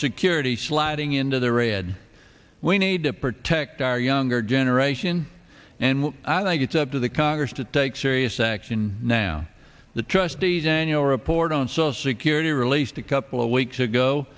security sliding into the red we need to protect our younger generation and i think it's up to the congress to take serious action now the trustees annual report on social security released a couple of weeks ago